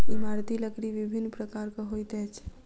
इमारती लकड़ी विभिन्न प्रकारक होइत अछि